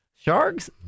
sharks